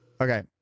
Okay